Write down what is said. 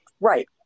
Right